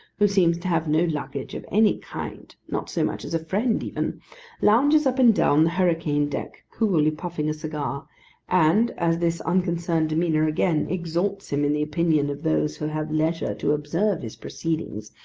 who seems to have no luggage of any kind not so much as a friend, even lounges up and down the hurricane deck, coolly puffing a cigar and, as this unconcerned demeanour again exalts him in the opinion of those who have leisure to observe his proceedings,